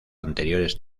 anteriores